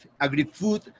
agri-food